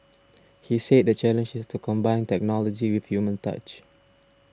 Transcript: he said the challenge is to combine technology with human touch